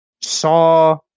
saw